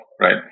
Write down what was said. right